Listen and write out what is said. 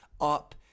up